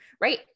right